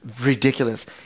Ridiculous